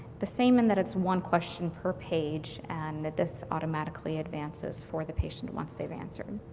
the same in that it's one question per page and that this automatically advances for the patient once they've answered.